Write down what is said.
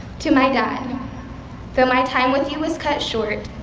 to my dad though my time with you was cut short,